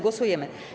Głosujemy.